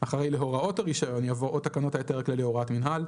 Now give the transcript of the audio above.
אחרי "להוראות הרישיון" יבוא "או תקנות ההיתר הכללי או הוראת מינהל",